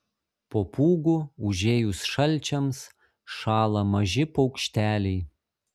po pūgų užėjus šalčiams šąla maži paukšteliai